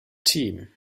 team